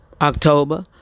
October